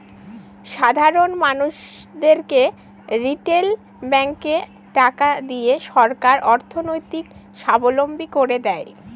সাধারন মানুষদেরকে রিটেল ব্যাঙ্কে টাকা দিয়ে সরকার অর্থনৈতিক সাবলম্বী করে দেয়